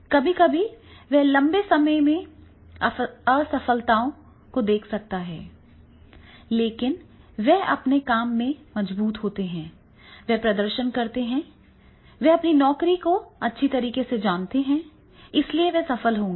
कभी कभी वे लंबे समय में असफलताओं को देख सकते हैं लेकिन वे अपने काम में मजबूत होते हैं वे प्रदर्शन करते हैं वे अपनी नौकरी को अच्छी तरह से जानते हैं इसलिए वे सफल होंगे